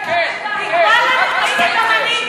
אני אקבע לך פגישה אתם.